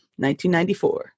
1994